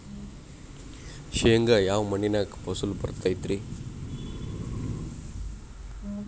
ಶೇಂಗಾ ಯಾವ ಮಣ್ಣಿನ್ಯಾಗ ಜಾಸ್ತಿ ಫಸಲು ಬರತೈತ್ರಿ?